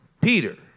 Peter